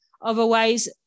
Otherwise